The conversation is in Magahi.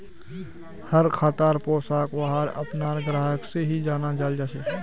हर खातार पैसाक वहार अपनार ग्राहक से ही जाना जाल सकछे